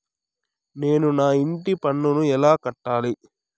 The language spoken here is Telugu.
నేను నా ఇంటి పన్నును ఎలా కట్టాలి?